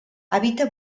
habita